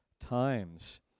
times